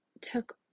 took